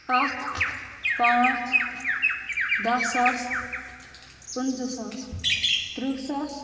اکھ پانژ دَہہ ساس پٕنٛژٕہ ساس ترٕٛہ ساس